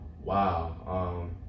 Wow